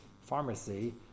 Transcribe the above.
pharmacy